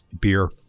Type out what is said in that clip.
Beer